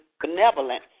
benevolence